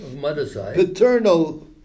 paternal